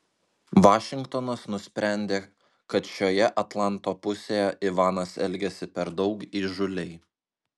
vašingtonas nusprendė kad šioje atlanto pusėje ivanas elgiasi per daug įžūliai